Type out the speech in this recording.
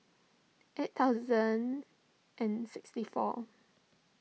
eight thousand and sixty four